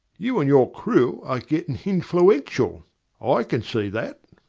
you and yore crew are gettin' hinfluential i can see that.